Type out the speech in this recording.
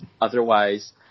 Otherwise